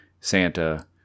santa